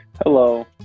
Hello